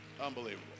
Unbelievable